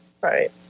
Right